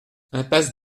impasse